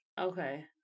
Okay